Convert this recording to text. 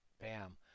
Bam